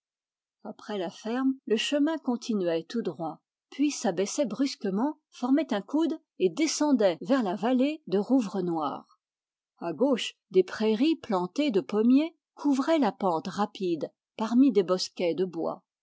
après la ferme le chemin continuait tout droit puis s'abaissait brusquement formait un coude et descendait vers la vallée de rouvrenoir à gauche des prairies plantées de pommiers couvraient la pente rapide parmi des bouquets de bois